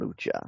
Lucha